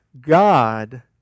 God